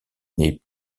n’est